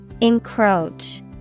Encroach